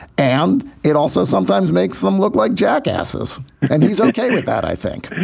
and it also sometimes makes them look like jackasses and he's okay with that, i think.